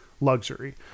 luxury